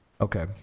Okay